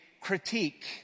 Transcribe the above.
critique